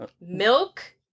milk